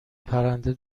پرنده